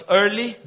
early